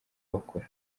bakora